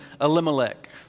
Elimelech